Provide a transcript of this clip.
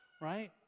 right